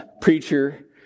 preacher